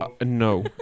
No